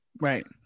Right